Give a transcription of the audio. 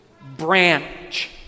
branch